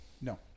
No